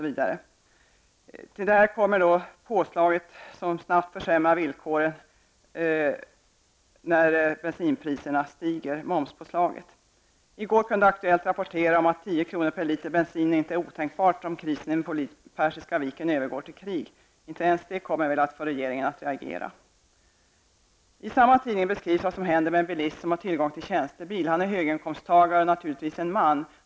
Till detta kommer momspåslaget som snabbt försämrar villkoren när bensinpriserna stiger. I går kunde TV Aktuellt rapportera om att 10 kr. per liter bensin inte är otänkbart om krisen i Persiska viken övergår i krig. Inte ens det får väl regeringen att reagera. I samma tidning beskrivs vad som händer med den bilist som har tillgång till tjänstebil. Han är höginkomsttagare och naturligtvis man.